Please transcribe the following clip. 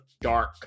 Dark